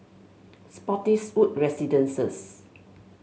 Spottiswoode Residences